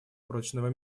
прочного